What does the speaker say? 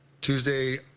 Tuesday